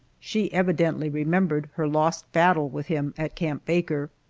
she evidently remembered her lost battle with him at camp baker.